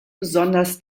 besonders